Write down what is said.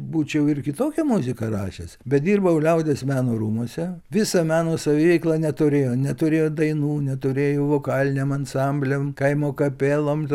būčiau ir kitokią muziką rašęs bet dirbau liaudies meno rūmuose visa meno saviveikla neturėjo neturėjo dainų neturėjo vokaliniam ansambliam kaimo kapelom